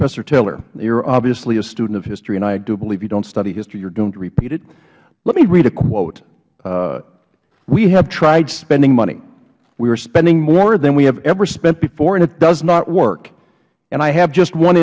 professor taylor you are obviously a student of history and i do believe you don't study history you don't repeat it let me read a quote we have tried spending money we are spending more than we have ever spent before and it does not work and i have just one